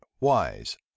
wise